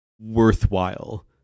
worthwhile